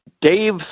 dave